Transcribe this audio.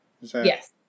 Yes